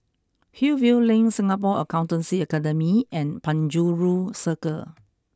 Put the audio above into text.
Hillview Link Singapore Accountancy Academy and Penjuru Circle